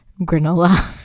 granola